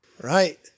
Right